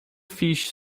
fish